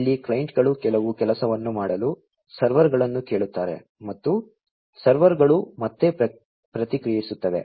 ಇಲ್ಲಿ ಕ್ಲೈಂಟ್ಗಳು ಕೆಲವು ಕೆಲಸವನ್ನು ಮಾಡಲು ಸರ್ವರ್ಗಳನ್ನು ಕೇಳುತ್ತಾರೆ ಮತ್ತು ಸರ್ವರ್ಗಳು ಮತ್ತೆ ಪ್ರತಿಕ್ರಿಯಿಸುತ್ತವೆ